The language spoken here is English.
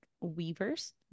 weavers